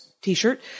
T-shirt